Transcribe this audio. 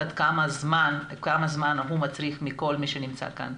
כמה זמן הוא מצריך מכל מי שנמצא כאן,